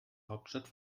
hauptstadt